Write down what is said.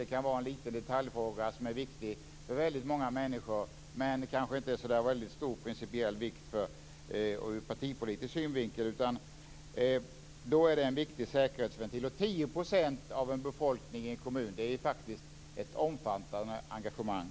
Det kan vara en liten detaljfråga som är viktig för många människor, men som kanske inte är av så där väldigt stor principiell vikt ur partipolitisk synvinkel, och då är det en viktig säkerhetsventil. 10 % av en befolkning i en kommun - det är faktiskt ett omfattande engagemang.